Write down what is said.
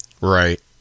Right